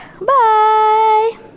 Bye